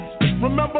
Remember